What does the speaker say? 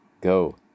Go